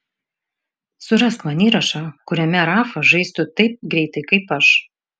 surask man įrašą kuriame rafa žaistų taip greitai kaip aš